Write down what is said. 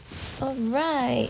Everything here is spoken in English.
right